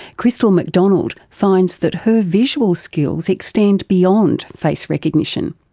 christel macdonald finds that her visual skills extend beyond face recognition.